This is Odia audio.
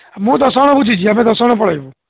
ମୁଁ ଦଶ ଜଣ ବୁଝିଛି ଆମେ ଦଶ ଜଣ ପଳାଇବୁ